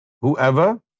whoever